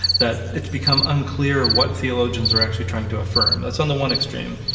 that it's become unclear what theologians are actually trying to affirm. that's on the one extreme.